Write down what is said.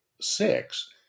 six